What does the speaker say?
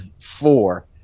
four